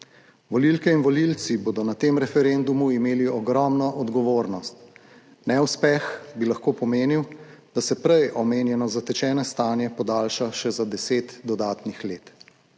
volivke in volivci bodo na tem referendumu imeli ogromno odgovornost. Neuspeh bi lahko pomenil, da se prej omenjeno zatečeno stanje podaljša še za deset dodatnih let.